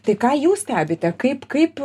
tai ką jūs stebite kaip kaip